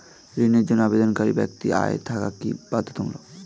ঋণের জন্য আবেদনকারী ব্যক্তি আয় থাকা কি বাধ্যতামূলক?